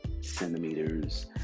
centimeters